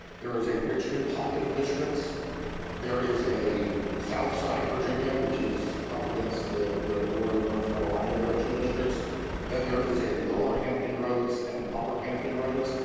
there is a richmond pocket of districts there is a south side virginia, which is up against the the border of north carolina, there are two districts then there is a lower hampton roads and an upper hampton roads.